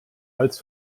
als